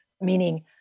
meaning